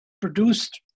produced